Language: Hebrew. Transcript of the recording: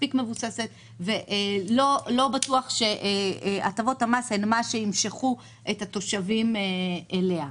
מספיק מבוססת ולא בטוח שהטבות המס הן מה שימשוך את התושבים אליה.